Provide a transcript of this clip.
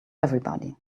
everybody